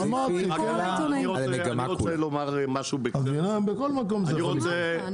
בכל מקום זה יכול לקרות.